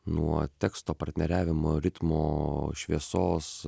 nuo teksto partneriavimo ritmo šviesos